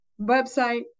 website